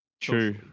True